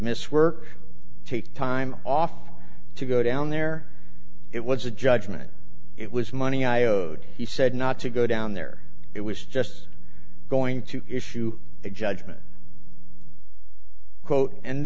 miss work take time off to go down there it was a judgment it was money i owed he said not to go down there it was just going to issue a judgment quote and